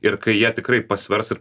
ir kai jie tikrai pasvers ir